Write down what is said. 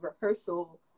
rehearsal